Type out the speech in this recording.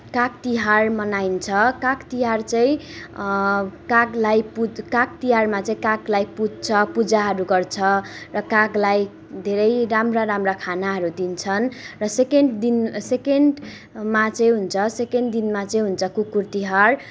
काग तिहार मनाइन्छ काग तिहार चाहिँ कागलाई पूजा काग तिहारमा चाहिँ कागलाई पुज्छ पूजाहरू गर्छ र कागलाई धेरै राम्रा राम्रा खानाहरू दिन्छन् र सेकेन्ड दिन सेकेन्डमा चाहिँ हुन्छ सेकेन्ड दिनमा चाहिँ हुन्छ कुकुर तिहार